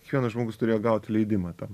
kiekvienas žmogus turėjo gauti leidimą tą